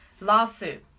Lawsuit